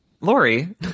Lori